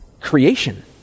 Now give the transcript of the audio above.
creation